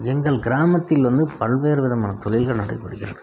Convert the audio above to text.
எங்கள் கிராமத்தில் வந்து பல்வேறு விதமான தொழில்கள் நடைபெறுகிறது